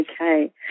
Okay